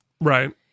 Right